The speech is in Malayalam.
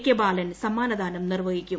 കെ ബാലൻ സമ്മാനദാനം നിർവ്വഹിക്കും